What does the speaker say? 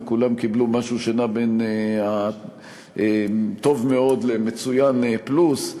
רק שכולם קיבלו משהו שנע בין "טוב מאוד" ל"מצוין פלוס".